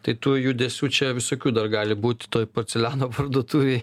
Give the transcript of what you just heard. tai tų judesių čia visokių dar gali būti toj porceliano parduotuvėj